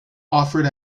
offered